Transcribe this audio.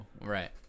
Right